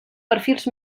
perfils